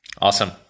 Awesome